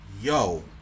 yo